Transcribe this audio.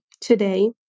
today